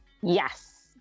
Yes